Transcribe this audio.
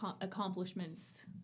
accomplishments